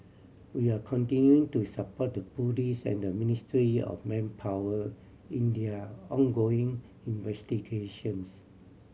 we are continuing to support the police and the Ministry of Manpower in their ongoing investigations